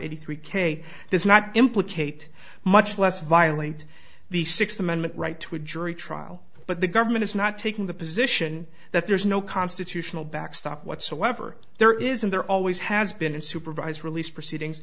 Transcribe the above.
eighty three k does not implicate much less violate the sixth amendment right to a jury trial but the government is not taking the position that there's no constitutional backstop whatsoever there isn't there always has been a supervised release proceedings